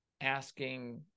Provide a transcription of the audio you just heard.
asking